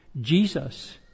jesus